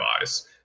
Eyes